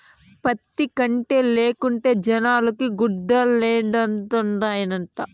పత్తి పంటే లేకుంటే జనాలకి గుడ్డలేడనొండత్తనాయిట